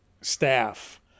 staff